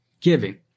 giving